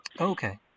Okay